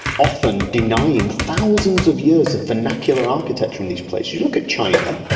often denying thousands of years of vernacular architecture in these places. you look at china,